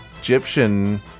Egyptian